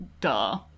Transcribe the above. duh